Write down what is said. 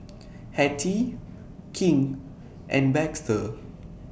Hetty King and Baxter